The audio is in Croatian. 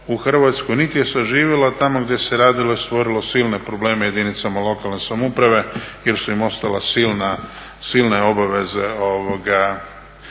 u Hrvatskoj niti je saživilo, a tamo gdje se radilo je stvorilo silne probleme jedinicama lokalne samouprave jer su im ostale silne obaveze po